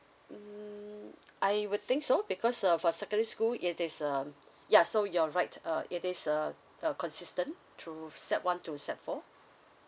hmm I you would think so because uh for secondary school it is uh ya so you're right uh it is uh uh consistent through sec one to sec four